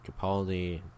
Capaldi